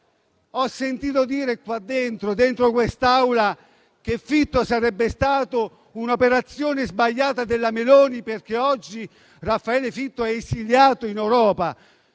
Ho sentito dire in quest'Aula che Fitto sarebbe stato un'operazione sbagliata della Meloni, perché oggi Raffaele Fitto è esiliato in Europa.